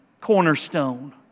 cornerstone